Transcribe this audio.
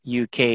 UK